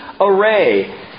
array